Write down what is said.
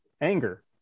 anger